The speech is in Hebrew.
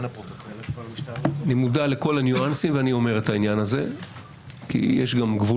אני מודע לכל הניואנסים ואני אומר את העניין הזה כי יש גם גבול